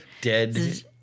Dead